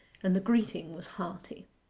and the greeting was hearty.